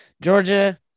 Georgia